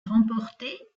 remportée